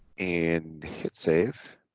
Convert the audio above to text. and hit save